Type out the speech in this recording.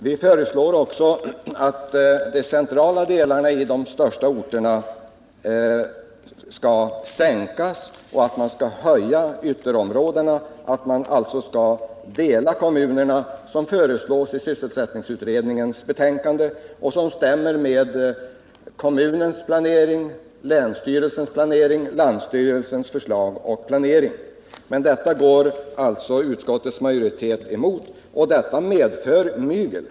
Vi föreslår också att stödet till de centrala delarna inom de största orterna skall sänkas, och att det skall höjas utöver propositionens förslag för ytterområdena. Delade kommuner föreslogs också av sysselsättningsutredningen, en princip som stöds av kommunerna, länsstyrelserna och landstingen. Det här förslaget går alltså utskottsmajoriteten emot, och det medför att vi får ett system med mygel.